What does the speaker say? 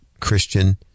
christian